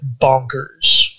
bonkers